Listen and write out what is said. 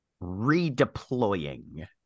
redeploying